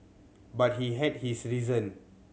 but he had his reason